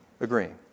agreeing